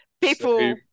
people